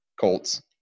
Colts